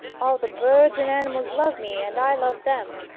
all the birds and animals love me and i love them.